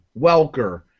Welker –